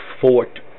Fort